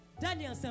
Daniel